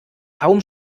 kaum